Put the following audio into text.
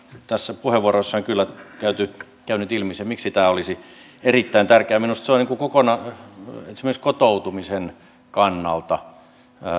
tässä puheenvuorossani kyllä käy nyt ilmi se miksi tämä olisi erittäin tärkeää minusta se on esimerkiksi kotoutumisen kannalta